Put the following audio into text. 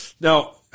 now